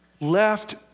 left